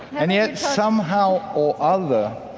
and yet somehow or other,